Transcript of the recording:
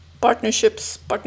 partnerships